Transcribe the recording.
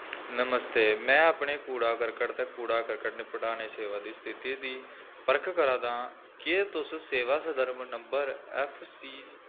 नमस्ते में अपने कूड़ा करकट ते कूड़ा करकट निपटाने सेवा दी स्थिति दी परख करा दा आं केह् तुस सेवा संदर्भ नंबर ऐफ्फ सी